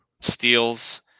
steals